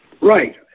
Right